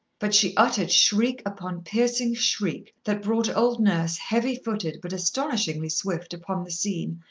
but she uttered shriek upon piercing shriek that brought old nurse, heavy-footed but astonishingly swift, upon the scene,